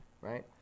Right